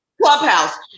clubhouse